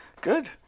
Good